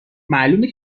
معلومه